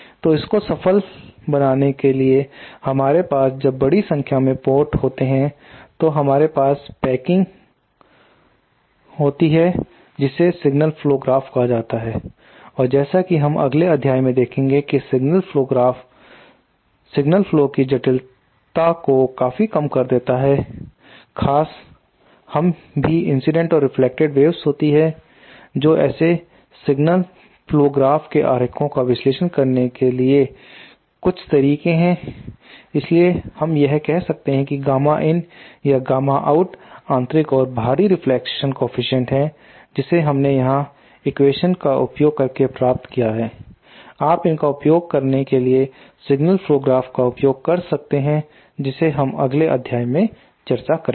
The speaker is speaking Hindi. तो जीवन को सफल बनाने के लिए हमारे पास जब बड़ी संख्या में पोर्ट होते हैं तो हमारे पास पैकिंग होती है जिसे सिग्नल फ्लो ग्राफ कहा जाता है और जैसा कि हम अगले अध्याय में देखेंगे कि signal flow graph signal flow की जटिलता को काफी कम कर देता है खास हम भी इंसिडेंट और रेफ्लेक्टेड वेव्स होती है तो ऐसे संकेत प्रवाह ग्राफ के आरेखों का विश्लेषण करने के लिए कुछ तरीके हैं इसलिए हम यह कह सकते हैं कि गामा in या गामा आउट आंतरिक और बाहरी रिफ्लेक्शन कोफीसिएंट है जिसे हमने यहां एक्वेशन्स का उपयोग करके प्राप्त किया है आप इसका उपयोग करने के लिए सिग्नल फ्लो ग्राफ का उपयोग कर सकते हैं जिसे हम अपने अगले अध्याय में चर्चा करेंगे